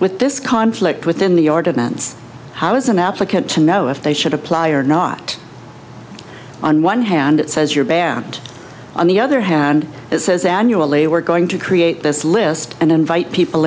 with this conflict within the ordinance how is an applicant to know if they should apply or not on one hand it says your band on the other hand it says annually we're going to create this list and invite people